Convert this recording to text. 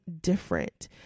different